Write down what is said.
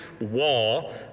wall